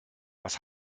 was